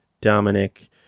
Dominic